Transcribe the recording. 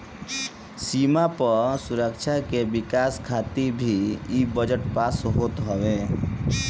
सीमा पअ सुरक्षा के विकास खातिर भी इ बजट पास होत हवे